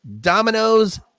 dominoes